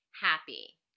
happy